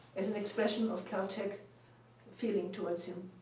as an expression of caltech feeling towards him.